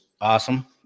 awesome